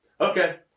okay